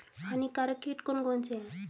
हानिकारक कीट कौन कौन से हैं?